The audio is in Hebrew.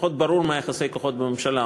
לפחות ברור מה יחסי הכוחות בממשלה.